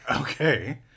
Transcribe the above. Okay